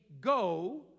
go